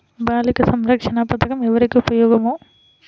బాలిక సంరక్షణ పథకం ఎవరికి ఉపయోగము?